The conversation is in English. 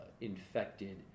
infected